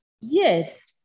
yes